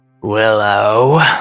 Willow